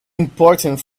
important